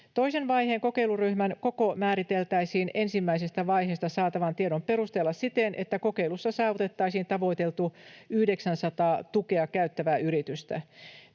Toisen vaiheen kokeiluryhmän koko määriteltäisiin ensimmäisestä vaiheesta saatavan tiedon perusteella siten, että kokeilussa saavutettaisiin tavoiteltu 900 tukea käyttävää yritystä.